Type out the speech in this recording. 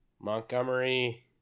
Montgomery